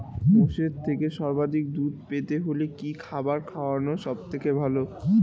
মোষের থেকে সর্বাধিক দুধ পেতে হলে কি খাবার খাওয়ানো সবথেকে ভালো?